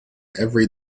every